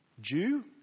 Jew